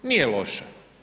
Nije loše.